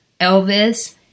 Elvis